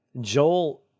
joel